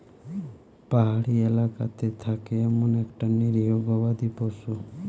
পাহাড়ি এলাকাতে থাকে এমন একটা নিরীহ গবাদি পশু